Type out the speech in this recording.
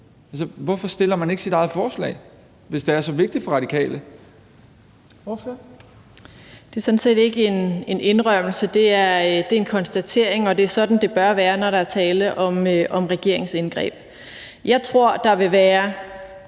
Fjerde næstformand (Trine Torp): Ordføreren. Kl. 15:36 Samira Nawa (RV): Det er sådan set ikke en indrømmelse. Det er en konstatering, og det er sådan, det bør være, når der er tale om regeringsindgreb. Jeg tror, at der vil være